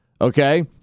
Okay